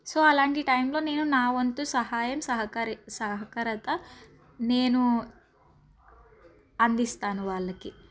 so అలాంటి టైంలో నేను నా వంతు సహాయం సహకరి సహకారం నేను అందిస్తాను వాళ్ళకి